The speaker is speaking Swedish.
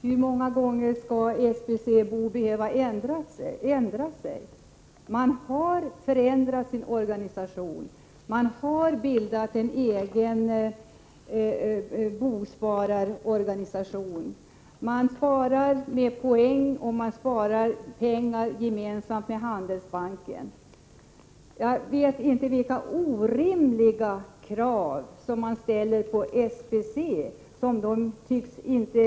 Herr talman! Hur många gånger skall SBC behöva förändras? SBC:s organisation har ändrats, och SBC har bildat en egen bosparorganisation. Medlemmarna sparar pengar genom Handelsbanken och får därigenom poäng. Socialdemokraterna ställer orimliga krav på SBC.